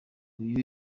uyu